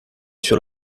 sur